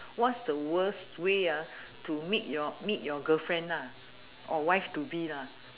what's the worst way ah to meet your meet your girlfriend lah or wife to be lah